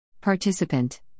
Participant